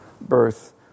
birth